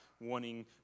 wanting